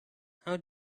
how